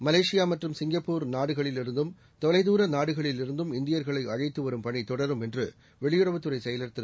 மலேசியாமற்றும் Singapore நாடுகளிலிருந்தும் தொலைதூரநாடுகளிலிருந்தும் இந்தியர்களைஅழைத்துவரும் பணிதொடரும் என்றுவெளியுறவுத் துறைசெயலர் திரு